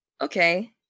Okay